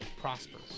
prosper